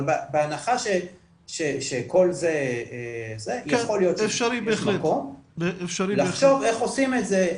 אבל בהנחה שכל זה יכול להיות שיש מקום לחשוב איך עושים את זה,